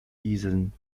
diesen